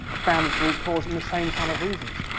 found its root cause in the same kind of reasons.